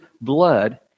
blood